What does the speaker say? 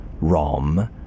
Rom